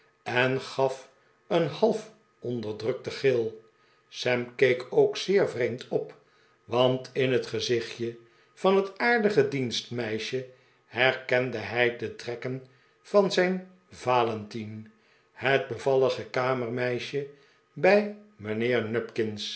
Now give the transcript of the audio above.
en gaf een half onderdrukten gil sam keek ook zeer vreemd op want in het gezichtje van het aardige dienstmeisje herkende hij de trekken van zijn valentine het bevallige kamermeisje bij mijnheer